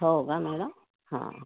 हो का मॅडम हा